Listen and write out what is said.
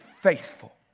faithful